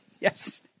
yes